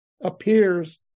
appears